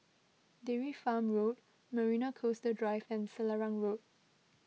Dairy Farm Road Marina Coastal Drive and Selarang Road